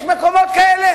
יש מקומות כאלה